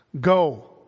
Go